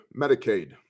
Medicaid